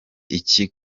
iki